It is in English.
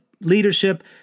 leadership